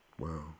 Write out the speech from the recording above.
Wow